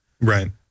Right